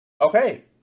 okay